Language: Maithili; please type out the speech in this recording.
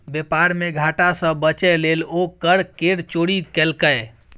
बेपार मे घाटा सँ बचय लेल ओ कर केर चोरी केलकै